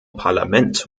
parlament